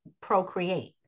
procreate